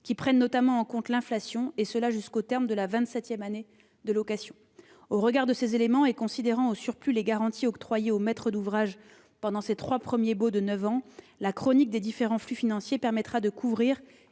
qui prennent notamment en compte l'inflation, et cela jusqu'au terme de la vingt-septième année de location. Au regard de ces éléments, et si l'on prend en considération les garanties octroyées au maître d'ouvrage pendant les trois premiers baux de neuf ans, la chronique des différents flux financiers permettra de couvrir